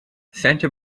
santa